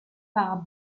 par